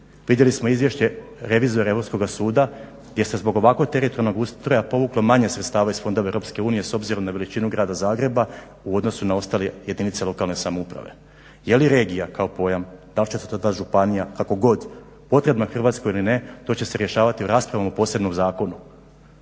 Vidjeli smo izvješće revizora Europskoga suda, gdje se zbog ovako teritorijalnog Ustroja povuklo manje sredstava iz fondova EU s obzirom na veličinu grada Zagreba u odnosu na ostale jedinice lokalne samouprave. Je li regija kao pojam, da li će se to zvati županija kako god potrebna Hrvatskoj ili ne to će se rješavati u rasprava o posebnom zakonu.